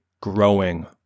growing